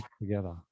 together